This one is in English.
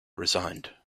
resigned